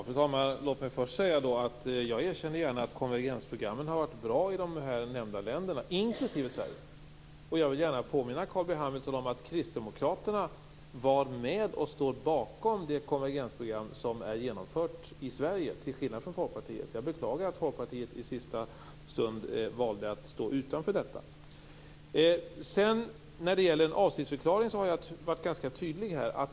Fru talman! Låt mig först säga att jag gärna erkänner att konvergensprogrammen har varit bra i de nämnda länderna och även för Sverige. Jag vill påminna Carl B Hamilton om att Kristdemokraterna till skillnad från Folkpartiet stod bakom det konvergensprogram som har genomförts i Sverige. Jag beklagar att Folkpartiet i sista stund valde att inte stå bakom detta. När det gäller avsiktsförklaring har jag varit ganska tydlig.